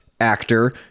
actor